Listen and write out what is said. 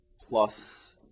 plus